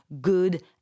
good